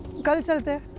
like ah to the